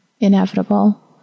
inevitable